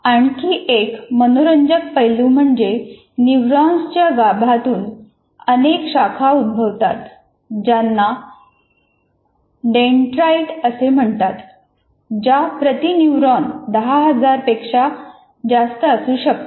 आणखी एक मनोरंजक पैलू म्हणजे न्यूरॉन्सच्या गाभ्यामधून अनेक शाखा उद्भवतात ज्यांना डेंड्राइट असे म्हणतात ज्या प्रति न्यूरॉन 10000 पेक्षा जास्त असू शकतात